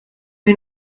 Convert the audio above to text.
wir